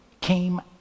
came